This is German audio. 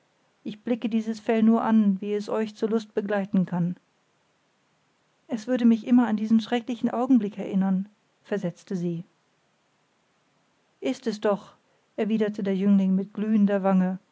ich blicke dieses fell nur an wie es euch zur lust begleiten kann es würde mich immer an diesen schrecklichen augenblick erinnern versetzte sie ist es doch erwiderte der jüngling mit glühender wange